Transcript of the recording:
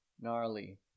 gnarly